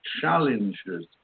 challenges